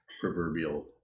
proverbial